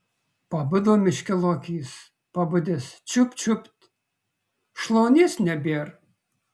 pabudo miške lokys pabudęs čiupt čiupt šlaunies nebėr